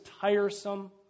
tiresome